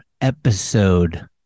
episode